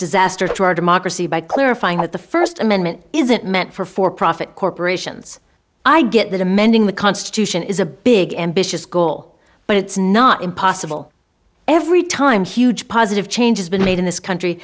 disaster to our democracy by clarifying that the first amendment isn't meant for for profit corporations i get that amending the constitution is a big ambitious goal but it's not impossible every time huge positive changes been made in this country